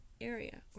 area